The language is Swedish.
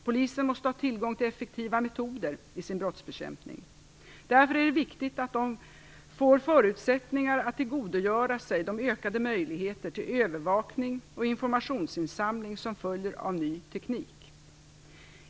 Polisen måste ha tillgång till effektiva metoder i sin brottsbekämpning. Därför är det viktigt att man får förutsättningar att tillgodogöra sig de ökade möjligheter till övervakning och informationsinsamling som följer av ny teknik.